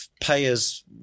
Payers